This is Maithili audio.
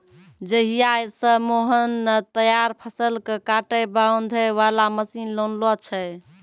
जहिया स मोहन नॅ तैयार फसल कॅ काटै बांधै वाला मशीन लानलो छै